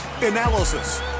analysis